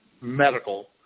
medical